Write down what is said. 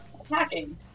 attacking